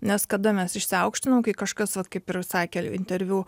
nes kada mes išsiaukštinom kai kažkas vat kaip ir sakė interviu